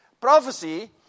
prophecy